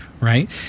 right